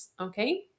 okay